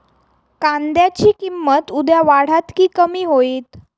कांद्याची किंमत उद्या वाढात की कमी होईत?